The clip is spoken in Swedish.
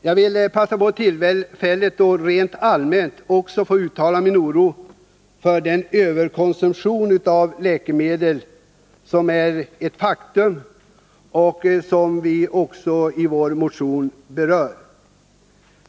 Jag vill passa på tillfället att rent allmänt uttala min oro för den ”överkonsumtion av läkemedel” som är ett faktum och som också berörs i vår motion.